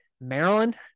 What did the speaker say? Maryland